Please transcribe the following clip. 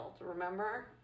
Remember